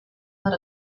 not